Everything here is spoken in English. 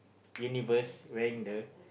universe wearing the